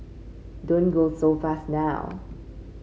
don't go so fast now